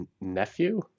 nephew